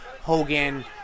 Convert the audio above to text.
Hogan